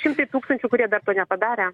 šimtai tūkstančių kurie dar to nepadarę